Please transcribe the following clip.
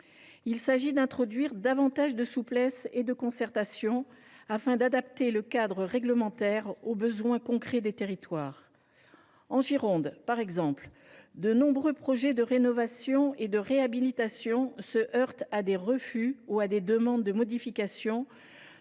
Il s’agit d’introduire davantage de souplesse et de concertation, afin d’adapter le cadre réglementaire aux besoins concrets des territoires. En Gironde, par exemple, de nombreux projets de rénovation et de réhabilitation se heurtent à des refus ou à des demandes de modifications